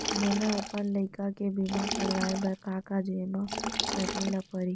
मोला अपन लइका के बीमा करवाए बर का का जेमा करे ल परही?